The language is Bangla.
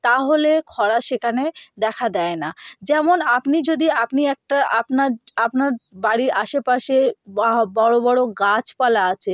তাহলে খরা সেখানে দেখা দেয় না যেমন আপনি যদি আপনি একটা আপনার আপনার বাড়ির আশেপাশে বা বড়ো বড়ো গাছপালা আছে